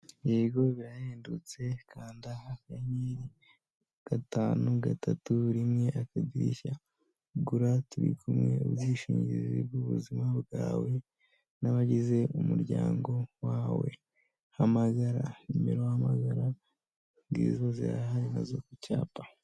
yego birahendutse kanda akanyenyeri gatanu gatatu rimwe akadirishya ugura Airtel ubwishingizi bwubuzima bwawe nabagize umuryango wawe hamagara imirongo Numero wahamagara ngizo zirahari nazo ku cyapa.